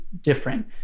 different